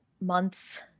month's